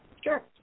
Sure